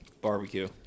Barbecue